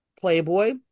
Playboy